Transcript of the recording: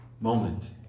moment